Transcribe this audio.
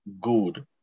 good